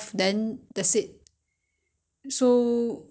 所以那个水可以拿来喝的吗 can you you want drink the water